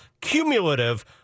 cumulative